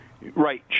Right